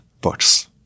books